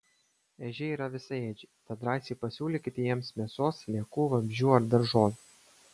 ežiai yra visaėdžiai tad drąsiai pasiūlykite jiems mėsos sliekų vabzdžių ar daržovių